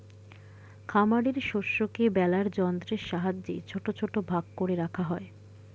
খামারের শস্যকে বেলার যন্ত্রের সাহায্যে ছোট ছোট ভাগ করে রাখা হয়